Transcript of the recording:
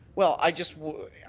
well, i just.